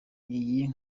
iyi